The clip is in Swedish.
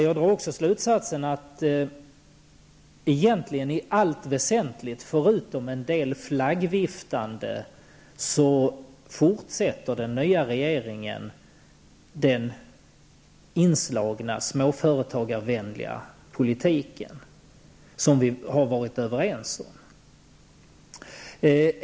Dels är det bra att den nya regeringen i allt väsentligt, förutom en del flaggviftande, fortsätter den inslagna småföretagarvänliga politiken, som vi har varit överens om.